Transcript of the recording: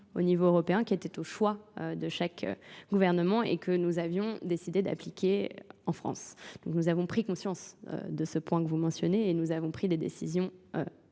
au niveau européen, qui était au choix de chaque gouvernement et que nous avions décidé d'appliquer en France. Nous avons pris conscience de ce point que vous mentionnez et nous avons pris des décisions